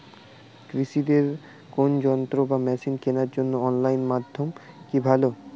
কৃষিদের কোন যন্ত্র বা মেশিন কেনার জন্য অনলাইন মাধ্যম কি ভালো?